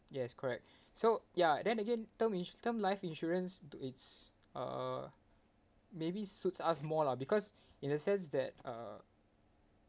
yes correct so ya then again term ins~ term life insurance to it's uh maybe suits us more lah because in a sense that uh